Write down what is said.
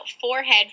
forehead